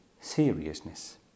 seriousness